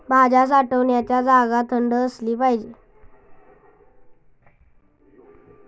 भाज्या साठवण्याची जागा थंड असली पाहिजे